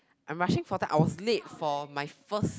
I'm rushing for time I was late for my first